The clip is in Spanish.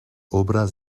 obras